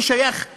אני שייך לאלה,